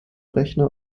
rechner